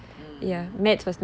mm